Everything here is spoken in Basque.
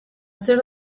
zer